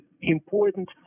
important